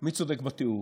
מי צודק בתיאור.